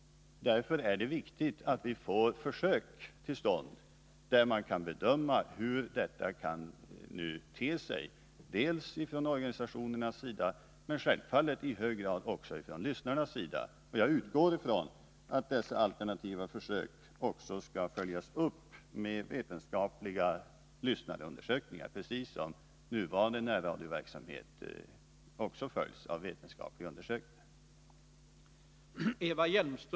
Därför är det angeläget att vi får till stånd försök där man bedömer hur verksamheten kan te sig, dels från organisationernas sida, dels självfallet från lyssnarnas sida. Jag utgår från att dessa alternativa försök också skall följas upp med vetenskapliga lyssnarundersökningar, precis som nuvarande närradioverksamhet följs upp med vetenskapliga undersökningar.